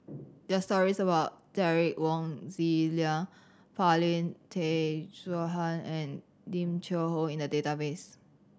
there are stories about Derek Wong Zi Liang Paulin Tay Straughan and Lim Cheng Hoe in the database